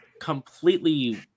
completely